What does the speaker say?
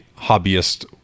hobbyist